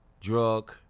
drug